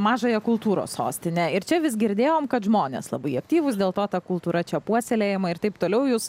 mažąją kultūros sostinę ir čia vis girdėjom kad žmonės labai aktyvūs dėl to ta kultūra čia puoselėjama ir taip toliau jūs